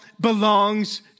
belongs